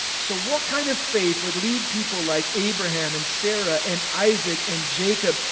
so what kind of faith would lead people like abraham and sarah and isaac and jacob,